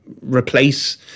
replace